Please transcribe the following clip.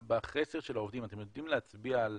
בחסר של העובדים, אתם יודעים להצביע על